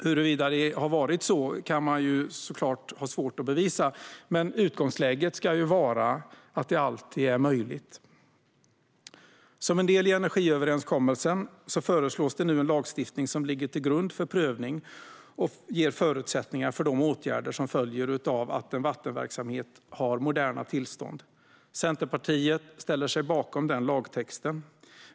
Huruvida det har varit så kan såklart vara svårt att bevisa, men utgångsläget ska vara att det alltid är möjligt. Som en del i energiöverenskommelsen föreslås nu en lagstiftning som ligger till grund för prövning och ger förutsättningar för de åtgärder som följer av att en vattenverksamhet har moderna tillstånd. Centerpartiet ställer sig bakom den lagtexten.